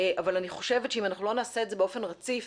אבל אני חושבת שאם אנחנו לא נעשה את זה באופן רציף